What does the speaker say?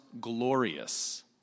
glorious